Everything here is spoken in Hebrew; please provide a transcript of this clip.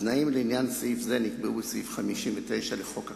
התנאים לעניין סעיף זה נקבעו בסעיף 59 לחוק הכנסת,